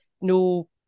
no